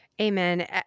Amen